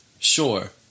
Sure